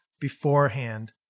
beforehand